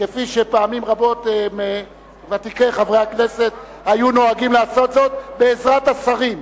כפי שפעמים רבות ותיקי חברי הכנסת היו נוהגים לעשות זאת בעזרת השרים,